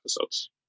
episodes